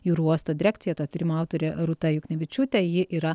jūrų uosto direkcija to tyrimo autorė rūta juknevičiūtė ji yra